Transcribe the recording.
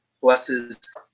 blesses